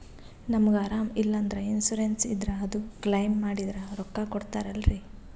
ನಮಗ ಅರಾಮ ಇಲ್ಲಂದ್ರ ಇನ್ಸೂರೆನ್ಸ್ ಇದ್ರ ಅದು ಕ್ಲೈಮ ಮಾಡಿದ್ರ ರೊಕ್ಕ ಕೊಡ್ತಾರಲ್ರಿ?